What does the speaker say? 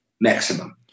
maximum